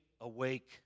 awake